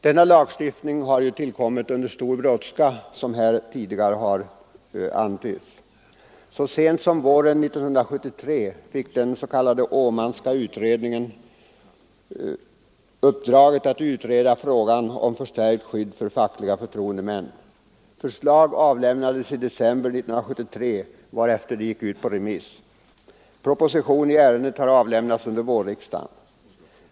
Denna lagstiftning har ju tillkommit under stor brådska, som här tidigare antytts. Så sent som våren 1973 fick den s.k. Åmanska utredningen uppdraget att utreda frågan om förstärkt skydd för fackliga förtroendemän. Förslag avlämnades i december 1973, varefter förslaget gick ut på remiss. Proposition i ärendet har avlämnats under vårriksdagen.